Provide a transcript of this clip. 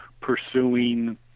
pursuing